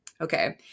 Okay